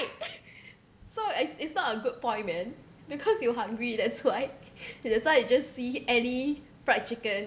so it's it's not a good point man because you were hungry that's why that's why you just see any fried chicken